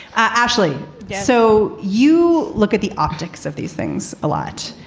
ashley so you look at the optics of these things a lot,